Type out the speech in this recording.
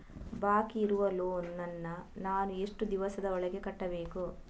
ಬಾಕಿ ಇರುವ ಲೋನ್ ನನ್ನ ನಾನು ಎಷ್ಟು ದಿವಸದ ಒಳಗೆ ಕಟ್ಟಬೇಕು?